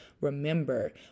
remember